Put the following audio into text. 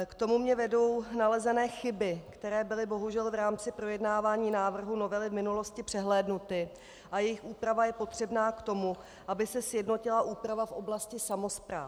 K tomu mě vedou nalezené chyby, které byly bohužel v rámci projednávání návrhu novely v minulosti přehlédnuty a jejichž úprava je potřebná k tomu, aby se sjednotila úprava v oblasti samospráv.